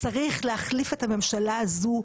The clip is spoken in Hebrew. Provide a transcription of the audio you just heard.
צריך להחליף את הממשלה הזו מהר.